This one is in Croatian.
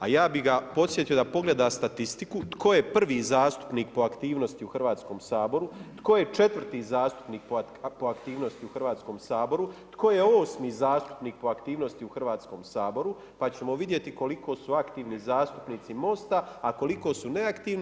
A ja bi ga podsjetio da pogleda statistiku, tko je prvi zastupnik po aktivnosti u Hrvatskom saboru, tko je 4 zastupnik po aktivnosti u Hrvatskom saboru, tko je 8. zastupnik po aktivnosti u Hrvatskom saboru, pa ćemo vidjeti koliki su aktivni zastupnici Mosta, a koliko su neaktivni.